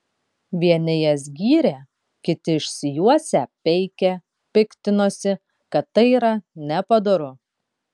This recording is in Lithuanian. vieni jas gyrė kiti išsijuosę peikė piktinosi kad tai yra nepadoru